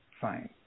fine